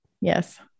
Yes